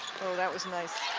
that was nice.